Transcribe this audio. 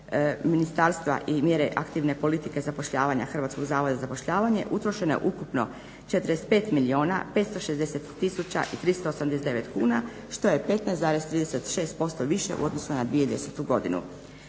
ministarstva i mjere aktivne politike zapošljavanja Hrvatskog zavoda za zapošljavanje utrošeno je ukupno 45 milijuna 560 tisuća i 389 kuna što je 15,36% više u odnosu na 2010.godinu.